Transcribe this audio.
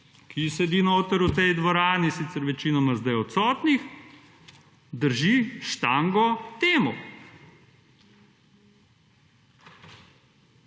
ki sedi notri v tej dvorani je sicer večinoma zdaj odsotnih, drži štango temu.